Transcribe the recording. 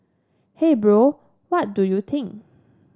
hey Bro what do you think